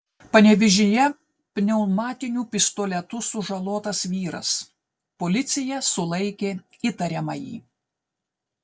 panevėžyje pneumatiniu pistoletu sužalotas vyras policija sulaikė įtariamąjį